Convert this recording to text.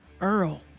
Earl